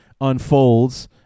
unfolds